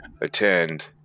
attend